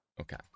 okay